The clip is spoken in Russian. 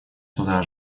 туда